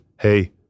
hey